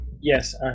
Yes